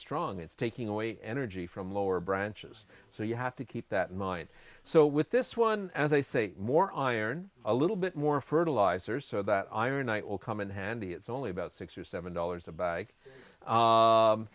strong it's taking away energy from lower branches so you have to keep that in mind so with this one as i say more iron a little bit more fertilizers so that iron knight will come in handy it's only about six or seven dollars